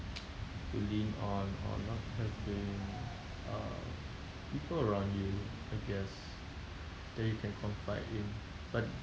to lean on or not having uh people around you I guess that you can confide in but